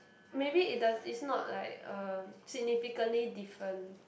maybe it does is not like uh significantly different